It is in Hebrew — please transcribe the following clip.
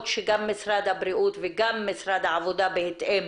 שגם משרד הבריאות וגם משרד העבודה בהתאם